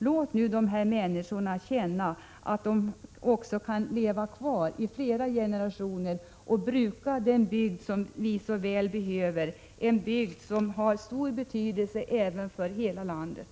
Låt nu de här människorna känna att de också kan leva kvar i flera generationer och bruka den bygd som vi så väl behöver, en bygd som har stor betydelse för hela landet.